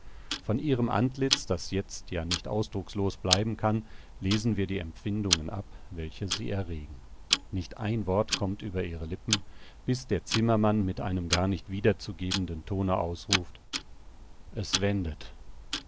von ihrem antlitz das jetzt ja nicht ausdruckslos bleiben kann lesen wir die empfindungen ab welche sie erregen nicht ein wort kommt über ihre lippen bis der zimmermann mit einem gar nicht wiederzugebenden tone ausruft es wendet